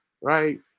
right